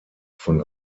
von